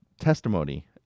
testimony